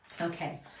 Okay